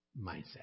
mindset